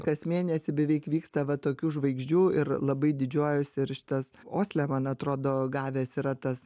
kas mėnesį beveik vyksta va tokių žvaigždžių ir labai didžiuojuosi ir šitas osle man atrodo gavęs yra tas